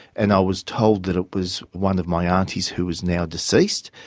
and i was told that it was one of my aunties who was now deceased.